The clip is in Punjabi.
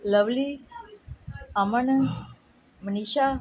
ਲਵਲੀ ਅਮਨ ਮਨੀਸ਼ਾ